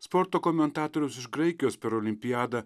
sporto komentatorius iš graikijos per olimpiadą